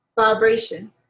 vibration